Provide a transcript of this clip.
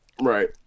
Right